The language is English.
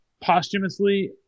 posthumously